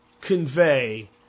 convey